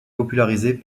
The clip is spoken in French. popularisée